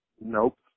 Nope